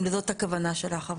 אם זאת הכוונה שלך.